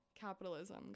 capitalism